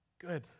good